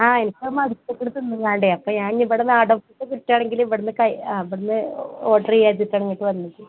ആ എനിക്ക് ഉണ്ട് അപ്പം ഞാൻ ഇവിടന്ന് അവിടെ കിട്ടുവാണെങ്കിൽ ഇവിടെന്ന് കഴി ഇവിടെന്ന് ഓർഡർ ചെയ്യാന്നുവെച്ചാണ് ഇങ്ങട്ട് വന്നത്